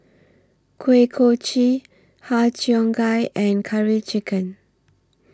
Kuih Kochi Har Cheong Gai and Curry Chicken